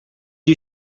you